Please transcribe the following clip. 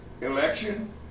election